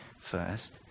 first